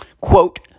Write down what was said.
quote